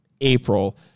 April